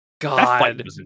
God